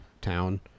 town